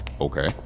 Okay